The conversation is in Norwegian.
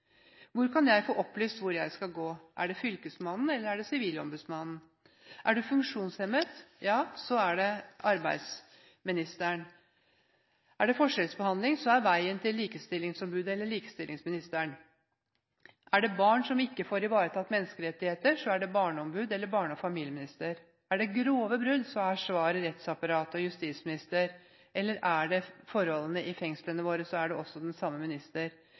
Hvor kan jeg få opplyst hvor jeg skal gå? Er det til Fylkesmannen eller Sivilombudsmannen? Er du funksjonshemmet, er det til arbeidsministeren. Er det forskjellsbehandling, går veien til Likestillingsombudet eller likestillingsministeren. Er det barn som ikke får ivaretatt menneskerettigheter, er det til Barneombudet eller barne- og familieministeren. Er det grove brudd, er svaret rettsapparatet og justisministeren, og er det forholdene i fengslene våre, er det også til den samme